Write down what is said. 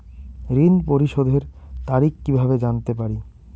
ঋণ পরিশোধের তারিখ কিভাবে জানতে পারি?